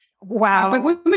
Wow